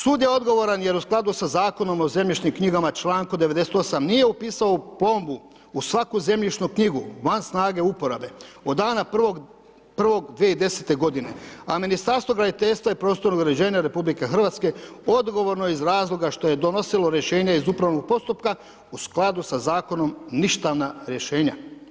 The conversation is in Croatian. Sud je odgovoran jer je u skladu sa Zakonom o zemljišnim knjigama čl. 98 nije upisao u plombu u svaku zemljišnu knjigu, van snage uporabe, od dana prvog 2010.-te godine, a Ministarstvo graditeljstva i prostornog uređenja RH odgovorno je iz razloga što je donosilo rješenje iz Upravnog postupka u skladu sa Zakonom, ništavna rješenja.